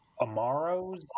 Amaro's